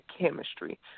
chemistry